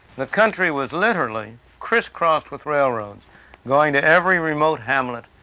the country was literally crisscrossed with railroads going to every remote hamlet,